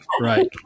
right